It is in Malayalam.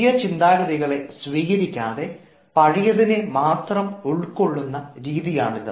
പുതിയ ചിന്താഗതികളെ സ്വീകരിക്കാതെ പഴയതിനെ മാത്രം ഉൾക്കൊള്ളുന്ന രീതിയാണിത്